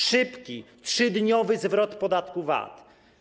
Szybki, 3-dniowy zwrot podatku VAT.